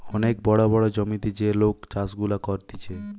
অনেক বড় বড় জমিতে যে লোক চাষ গুলা করতিছে